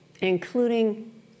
including